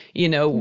you know,